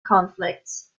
conflicts